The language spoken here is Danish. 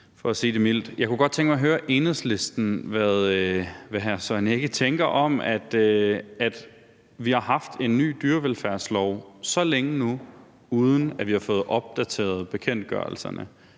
Jeg kunne godt tænke mig at høre, hvad Enhedslisten og hr. Søren Egge Rasmussen tænker om, at vi har haft en ny dyrevelfærdslov så længe nu, uden at vi har fået opdateret bekendtgørelserne.